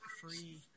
free